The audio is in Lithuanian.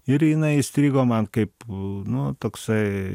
ir jinai įstrigo man kaip nu toksai